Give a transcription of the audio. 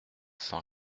cent